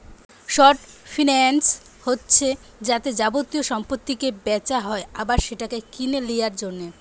short finance হচ্ছে যাতে যাবতীয় সম্পত্তিকে বেচা হয় আবার সেটাকে কিনে লিয়ার জন্যে